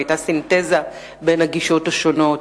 היתה סינתזה בין הגישות השונות,